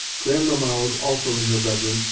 grandmamma was also in her bedroom,